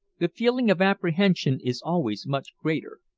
the feeling of apprehension is always much greater,